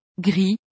gris